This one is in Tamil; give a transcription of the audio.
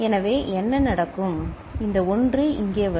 எனவே என்ன நடக்கும் இந்த 1 இங்கே வரும்